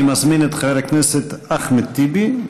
אני מזמין את חבר הכנסת אחמד טיבי,